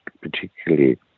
particularly